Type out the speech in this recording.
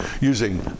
using